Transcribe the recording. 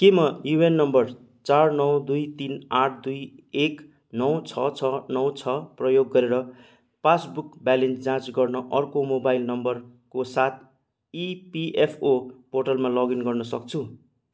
के म UAN number चार नौ दुई तिन आठ दुई एक नौ छ छ नौ छ प्रयोग गरेर पासबुक ब्यालेन्स जाँच गर्न अर्को मोबाइल नम्बरको साथ इपिएफओ पोर्टलमा लगइन गर्न सक्छु